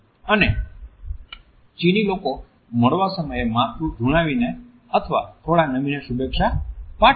અને ચીની લોકો મળવા સમયે માથું ધુણાવી ને અથવા થોડા નમી ને શુભેચ્છા પાઠવે છે